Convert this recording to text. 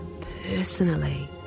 personally